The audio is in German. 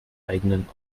eigenen